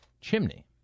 Chimney